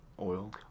oil